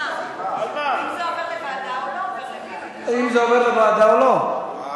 ההצעה להעביר את הנושא לוועדה שתקבע ועדת הכנסת נתקבלה.